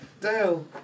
Dale